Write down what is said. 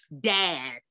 dad